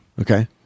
Okay